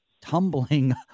tumbling